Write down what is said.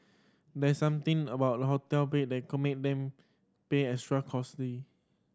there's something about hotel bed that can make them extra cosy